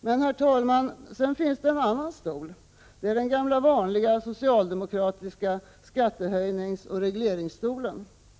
Men, herr talman, sedan finns det en annan stol — det är den gamla vanliga socialdemokratiska skattehöjningsoch regleringsstolen.